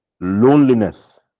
loneliness